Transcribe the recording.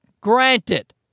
Granted